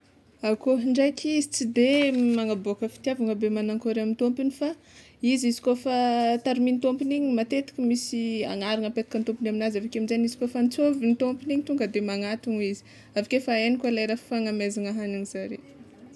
Akoho ndraiky, izy tsy de magnaboaka fitiavagna be magnakôry amy tômpony, fa izy izy kôfa tarimin'ny tômpny igny matetiky misy agnarana apetakan'ny tômpony aminazy aveke aminjegny izy koa fa antsôvin'ny tômpony igny de magnatono izy, aveke fa hainy koa lera fagnamezana hagnin'i zare.